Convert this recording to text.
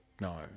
no